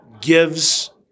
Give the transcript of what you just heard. Gives